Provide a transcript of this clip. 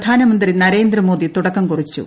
പ്രധാനമന്ത്രി നരേന്ദ്രമോദി തുടക്കം കുറിച്ചു